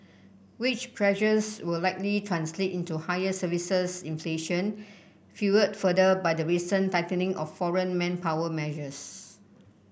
wage pressures will likely translate into higher services inflation fuelled further by the recent tightening of foreign manpower measures